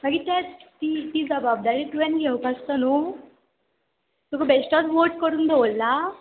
मागीर तेंत ती ती जबाबदारी तुवेंन घेवप आसता न्हू तुका बेश्टोच वोट करून दवरला